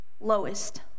Lowest